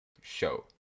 show